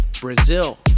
brazil